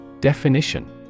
Definition